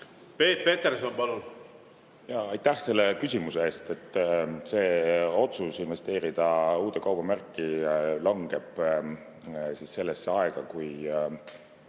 Peep Peterson, palun! Aitäh selle küsimuse eest! Otsus investeerida uude kaubamärki langeb sellesse aega, kui